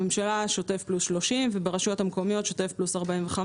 בממשלה זה שוטף + 30 וברשויות המקומיות זה שוטף + 45,